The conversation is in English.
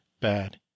bad